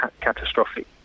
catastrophic